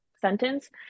sentence